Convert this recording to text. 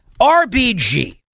RBG